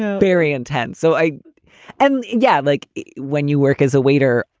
very intense. so i am. yeah like when you work as a waiter,